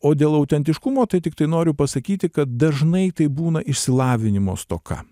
o dėl autentiškumo tai tiktai noriu pasakyti kad dažnai tai būna išsilavinimo stoka